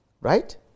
right